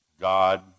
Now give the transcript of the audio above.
God